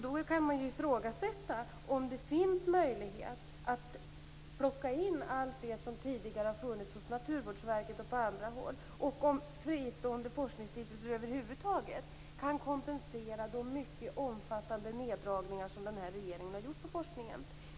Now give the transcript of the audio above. Då kan man ifrågasätta om det finns möjlighet att plocka in allt det som tidigare har funnits hos Naturvårdsverket och på andra håll. Man kan också fråga sig om fristående forskningsstiftelser över huvud taget kan kompensera de mycket omfattande neddragningar som den här regeringen har gjort på forskningen.